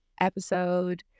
episode